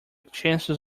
chances